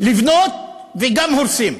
לבנות וגם הורסים.